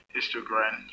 Instagram